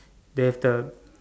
there is the